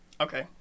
okay